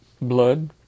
blood